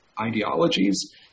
ideologies